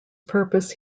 purpose